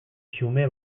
xume